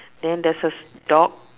then there's a dog